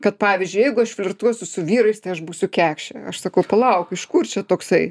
kad pavyzdžiui jeigu aš flirtuosiu su vyrais tai aš būsiu kekšė aš sakau palauk iš kur čia toksai